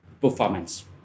performance